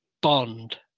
bond